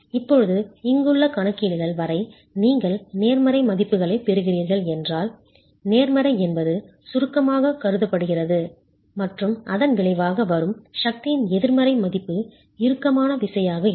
இப்போது இங்குள்ள கணக்கீடுகள் வரை நீங்கள் நேர்மறை மதிப்புகளைப் பெறுகிறீர்கள் என்றால் நேர்மறை என்பது சுருக்கமாகக் கருதப்படுகிறது மற்றும் அதன் விளைவாக வரும் சக்தியின் எதிர்மறை மதிப்பு இறுக்கமான விசையாக இருக்கும்